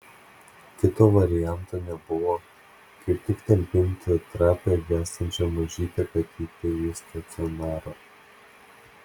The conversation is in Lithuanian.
kito varianto nebuvo kaip tik talpinti trapią gęstančią mažytę katytę į stacionarą